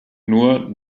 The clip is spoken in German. nur